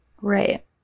Right